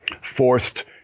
forced